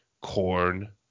corn